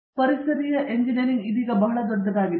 ಪರಿಸರೀಯ engineering ಇದೀಗ ಬಹಳ ದೊಡ್ಡದಾಗಿದೆ